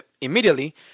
immediately